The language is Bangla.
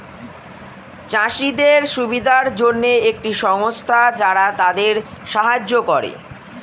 চাষীদের সুবিধার জন্যে একটি সংস্থা যারা তাদের সাহায্য করে